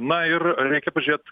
na ir reikia pažiūrėt